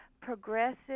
progressive